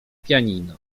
pianino